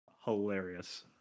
hilarious